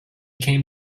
came